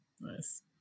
Nice